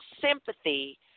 sympathy